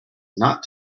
not